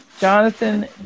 Jonathan